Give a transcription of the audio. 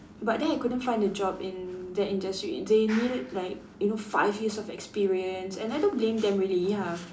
but then I couldn't find a job in the industry they needed like you know five years of experience and I don't blame them really ya